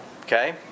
Okay